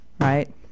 right